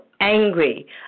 angry